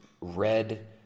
red